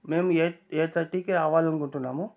మేము eight eight థర్టీకి రావాలి అనుకుంటున్నాము